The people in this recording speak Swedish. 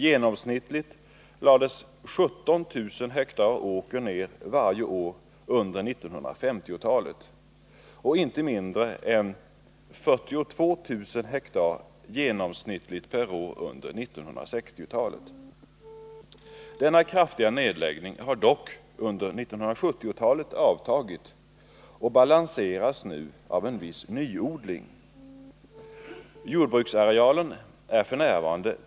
Genomsnittligt lades 17 000 ha åker ned varje år under 1950-talet och inte mindre än 42 000 ha genomsnittligt per år under 1960-talet. Denna kraftiga nedläggning har dock under 1970-talet avtagit och balanseras nu av en viss nyodling. Jordbruksarealen är f. n.